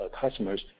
customers